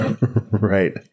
Right